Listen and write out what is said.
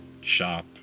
shop